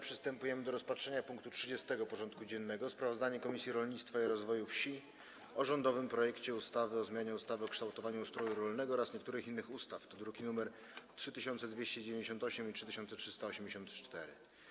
Przystępujemy do rozpatrzenia punktu 30. porządku dziennego: Sprawozdanie Komisji Rolnictwa i Rozwoju Wsi o rządowym projekcie ustawy o zmianie ustawy o kształtowaniu ustroju rolnego oraz niektórych innych ustaw (druki nr 3298 i 3384)